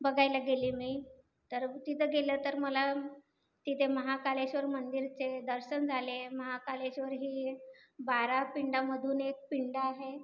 बघायला गेले मी तर तिथं गेलं तर मला तिथे महाकालेश्वर मंदिरचे दर्शन झाले महाकालेश्वर हे बारा पिंडामधून एक पिंड आहे